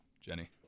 Jenny